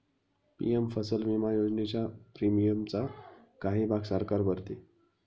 PM फसल विमा योजनेच्या प्रीमियमचा काही भाग सरकार भरते